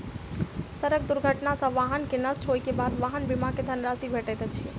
सड़क दुर्घटना सॅ वाहन के नष्ट होइ के बाद वाहन बीमा के धन राशि भेटैत अछि